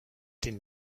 den